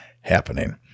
happening